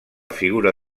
figura